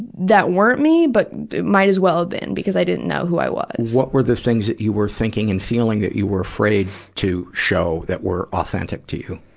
that weren't me but might as well have been, because i didn't know who i was. what were the things that you were thinking and feeling that you were afraid to show that were authentic to you?